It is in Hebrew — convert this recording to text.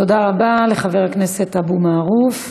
תודה רבה לחבר הכנסת אבו מערוף.